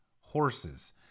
horses